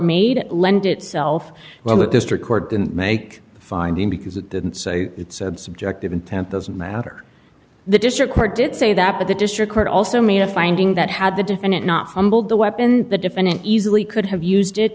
made lend itself well the district court didn't make the finding because it didn't say it's subjective intent doesn't matter the district court did say that but the district court also made a finding that had the defendant not fumbled the weapon the defendant easily could have used it